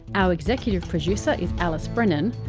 our executive producer is alice brennan.